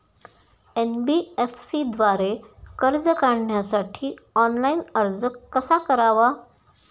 NBFC द्वारे कर्ज काढण्यासाठी ऑनलाइन अर्ज कसा करावा?